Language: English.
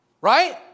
Right